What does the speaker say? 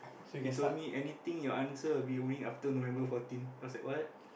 she told me anything your answer will be only after November fourteen I was like what